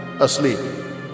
asleep